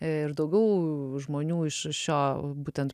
ir daugiau žmonių iš šio būtent